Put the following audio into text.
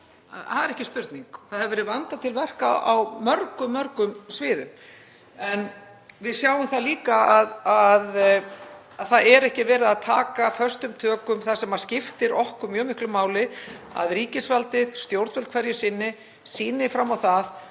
Það er ekki spurning. Það hefur verið vandað til verka á mörgum sviðum. En við sjáum líka að það er ekki verið að taka föstum tökum það sem skiptir okkur mjög miklu máli, að ríkisvaldið, stjórnvöld hverju sinni, sýni fram á það